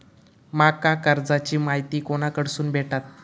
माका कर्जाची माहिती कोणाकडसून भेटात?